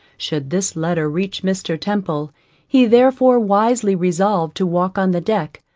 should this letter reach mr. temple he therefore wisely resolved to walk on the deck,